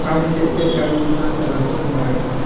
ᱟᱢ ᱪᱮᱫ ᱪᱮᱫ ᱠᱟᱹᱢᱤ ᱪᱮᱛᱟᱱ ᱨᱟᱹᱥᱠᱟᱹ ᱢᱮᱱᱟᱜ ᱟᱠᱟᱫ ᱛᱟᱢᱟ